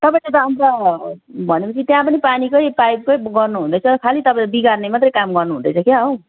तपाईँले त अन्त भनेपछि त्यहाँ पनि पानीकै पाइपकै गर्नुहुँदैछ खालि तपाईँले बिगार्ने मात्रै काम गर्नुहुँदैछ क्या हो